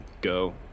go